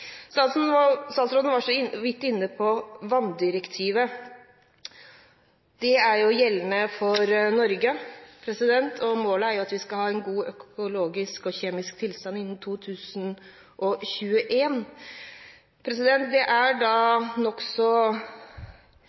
Statsråden var så vidt inne på vanndirektivet. Det er gjeldende for Norge, og målet er jo at vi skal ha en god økologisk og kjemisk tilstand innen 2021. Det er da nokså